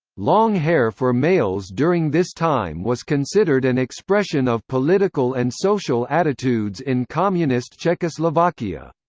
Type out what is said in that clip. long hair for males during this time was considered an expression of political and social attitudes in communist czechoslovakia.